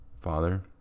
Father